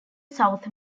south